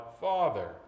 Father